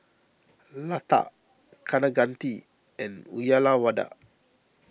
Lata Kaneganti and Uyyalawada